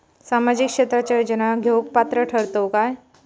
सामाजिक क्षेत्राच्या योजना घेवुक पात्र ठरतव काय?